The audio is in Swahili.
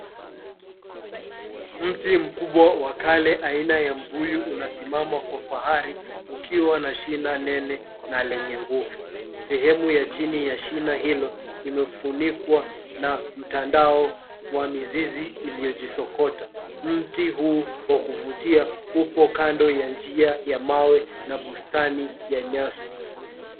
Mti mkubwa wa kale aina ya mbuyu unasimama kwa fahari, ukiwa na shina nene na lenye nguvu. Sehemu ya chini ya shina hilo, imefunikwa na mtandao wa mizizi iliyojisokota. Mti huu wa kuvutia upo kando ya njia ya mawe na bustani ya nyasi.